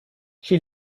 she